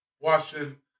Watching